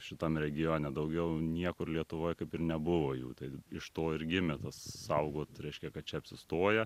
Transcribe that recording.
šitam regione daugiau niekur lietuvoj kaip ir nebuvo jų tai iš to ir gimė tas saugot reiškia kad čia apsistoja